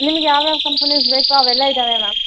ನಿಮಗ್ ಯಾವ್ಯಾವ ಕಂಪನಿದು ಬೇಕೋ ಅವೆಲ್ಲ ಇದಾವೆ ಮ್ಯಾಮ್